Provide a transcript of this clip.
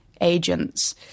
agents